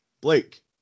Blake